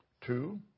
Two